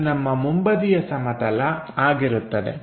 ಇದು ನಮ್ಮ ಮುಂಬದಿಯ ಸಮತಲ ಆಗಿರುತ್ತದೆ